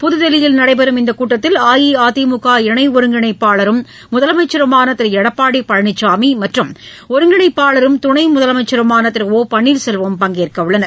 புதுதில்லியில் நடைபெறும் இந்தகூட்டத்தில் அஇஅதிமுக இணைஒருங்கிணைப்பாளரும் முதலமைச்சருமானதிருஎடப்பாடிபழனிசாமிமற்றும் ஒருங்கிணைப்பாளரும் துணைமுதலமைச்சருமானதிரு ஓ பள்ளீர்செல்வம் பங்கேற்கஉள்ளனர்